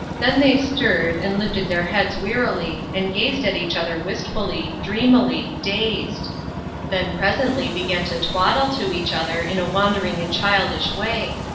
then they stirred, and lifted their heads wearily, and gazed at each other wistfully, dreamily, dazed then presently began to twaddle to each other in a wandering and childish way.